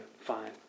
fine